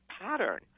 pattern